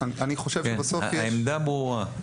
העמדה ברורה.